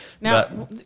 Now